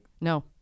No